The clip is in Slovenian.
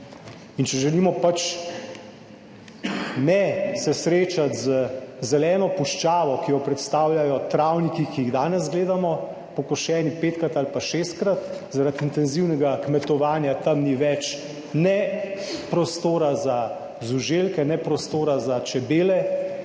če želimo pač ne se srečati z zeleno puščavo, ki jo predstavljajo travniki, ki jih danes gledamo, pokošeni petkrat ali pa šestkrat. Zaradi intenzivnega kmetovanja, tam ni več ne prostora za žuželke ne prostora za čebele.